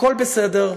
הכול בסדר,